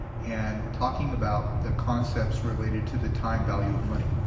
and we're talking about the concepts related to the time value of money.